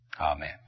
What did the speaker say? amen